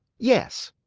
yes.